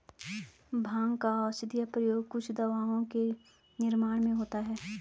भाँग का औषधीय प्रयोग कुछ दवाओं के निर्माण में होता है